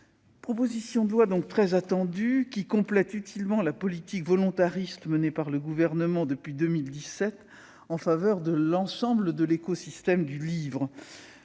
proposition de loi très attendue vise à compléter utilement la politique volontariste menée par le Gouvernement depuis 2017 en faveur de l'ensemble de l'écosystème du livre.